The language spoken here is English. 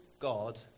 God